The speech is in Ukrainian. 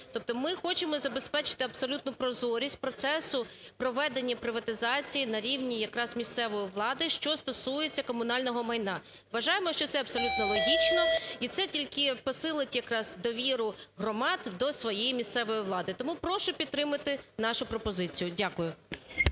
Тобто ми хочемо забезпечити абсолютну прозорість процесу проведення приватизації на рівні якраз місцевої влади, що стосується комунального майна. Вважаємо, що це абсолютно логічно, і це тільки посилить якраз довіру громад до своєї місцевої влади. Тому прошу підтримати нашу пропозицію. Дякую.